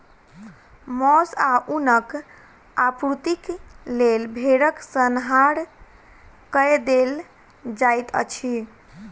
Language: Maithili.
मौस आ ऊनक आपूर्तिक लेल भेड़क संहार कय देल जाइत अछि